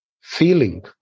feeling